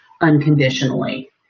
unconditionally